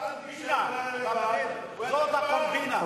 זאת הקומבינה.